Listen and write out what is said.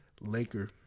Laker